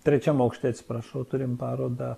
trečiam aukšte atsiprašau turime parodą